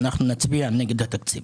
ואנחנו נצביע נגד התקציב.